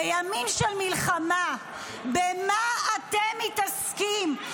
בימים של מלחמה, במה אתם מתעסקים?